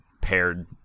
paired